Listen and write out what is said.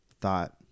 Thought